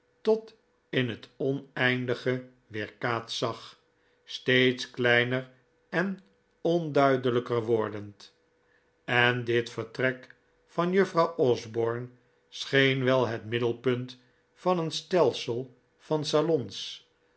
tot in het oneindige weerkaatst zag steeds kleiner en onduidelijker wordend en dit vertrek van juffrouw osborne scheen wei het middenpunt van een stelsel van salons